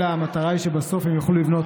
אלא המטרה היא שבסוף הם יוכלו לבנות.